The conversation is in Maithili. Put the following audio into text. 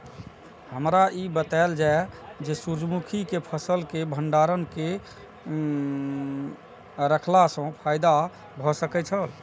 हमरा ई बतायल जाए जे सूर्य मुखी केय फसल केय भंडारण केय के रखला सं फायदा भ सकेय छल?